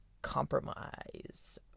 Compromise